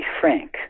frank